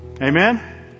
Amen